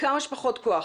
בכמה שפחות כוח,